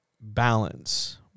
balance